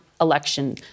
election